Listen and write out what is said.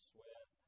Sweat